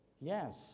Yes